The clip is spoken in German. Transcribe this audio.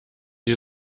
die